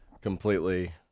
completely